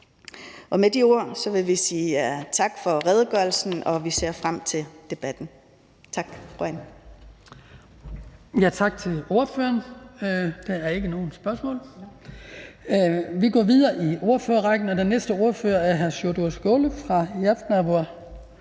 Med de ord vil vi sige tak for redegørelsen, og vi ser frem til debatten.